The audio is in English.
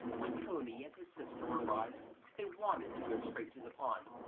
when tony and his sister arrived they wanted to go straight to the pond,